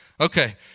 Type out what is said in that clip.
Okay